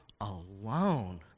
alone